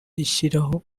rishyiraho